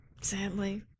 Sadly